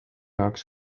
jaoks